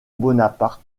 bonaparte